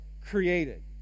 created